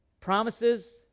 promises